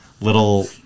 little